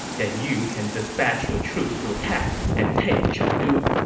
then you can dispatch your troops to attack and take chengdu.